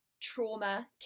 trauma